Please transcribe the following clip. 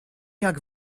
jak